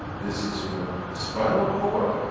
this is your spinal cord,